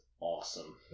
awesome